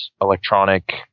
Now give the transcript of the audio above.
electronic